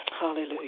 Hallelujah